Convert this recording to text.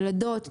ילדות,